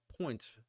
points